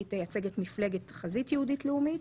היא תייצג את מפלגת חזית יהודית לאומית,